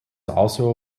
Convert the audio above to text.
also